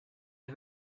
est